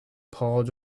poured